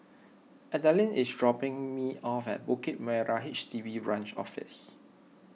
Adalynn is dropping me off at Bukit Merah H D B Branch Office